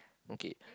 okay